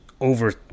over